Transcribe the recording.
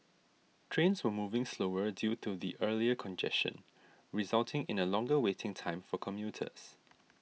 trains were moving slower due to the earlier congestion resulting in a longer waiting time for commuters